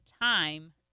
time